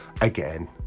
again